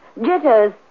Jitters